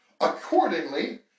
Accordingly